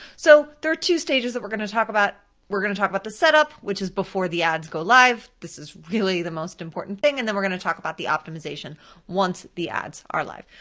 so there are two stages that we're gonna talk about. we're gonna talk about the setup, which is before the ads go live, this is really the most important thing, and then we're gonna talk about the optimization once the ads are live.